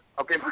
Okay